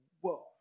whoa